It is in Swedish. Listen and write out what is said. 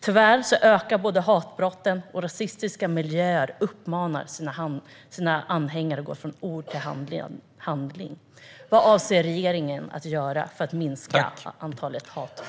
Tyvärr ökar hatbrotten, och rasistiska miljöer uppmanar sina anhängare att gå från ord till handling. Vad avser regeringen att göra för att minska antalet hatbrott?